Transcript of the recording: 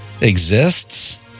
exists